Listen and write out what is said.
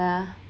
yeah